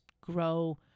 grow